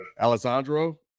Alessandro